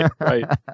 Right